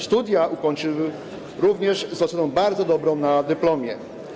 Studia ukończył również z oceną bardzo dobrą na dyplomie.